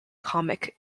comic